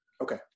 okay